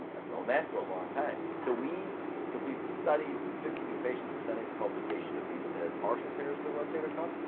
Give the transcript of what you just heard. i've known that for a long time. so we completed the study. fifty two patients were sending for publication of people that had partial tears of the rotator cuff.